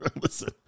Listen